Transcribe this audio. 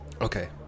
Okay